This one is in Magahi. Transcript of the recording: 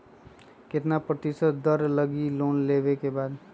कितना प्रतिशत दर लगी लोन लेबे के बाद?